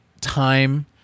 time